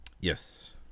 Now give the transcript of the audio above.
Yes